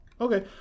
okay